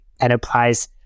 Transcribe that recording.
enterprise